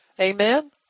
amen